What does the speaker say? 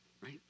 right